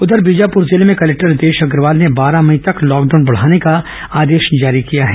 उधर बीजापुर जिले में कलेक्टर रितेश अग्रवाल ने बारह मई तक लॉकडाउन बढ़ाने का आदेश जारी किया है